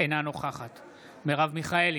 אינה נוכחת מרב מיכאלי,